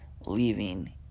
leaving